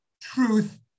truth